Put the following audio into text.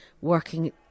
working